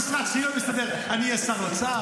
אני, עם המשרד שלי לא מסתדר, אני אהיה שר האוצר?